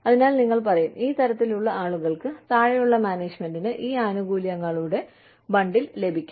അതിനാൽ നിങ്ങൾ പറയും ഈ തലത്തിലുള്ള ആളുകൾക്ക് താഴെയുള്ള മാനേജ്മെന്റിന് ഈ ആനുകൂല്യങ്ങളുടെ ബണ്ടിൽ ലഭിക്കും